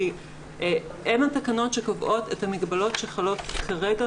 כי הן התקנות שקובעות את המגבלות שחלות כרגע,